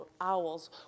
owls